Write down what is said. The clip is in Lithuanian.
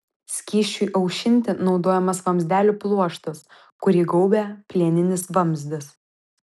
skysčiui aušinti naudojamas vamzdelių pluoštas kurį gaubia plieninis vamzdis